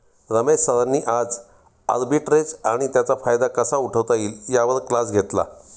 रमेश सरांनी आज आर्बिट्रेज आणि त्याचा फायदा कसा उठवता येईल यावर क्लास घेतला